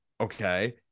okay